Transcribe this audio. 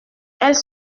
elle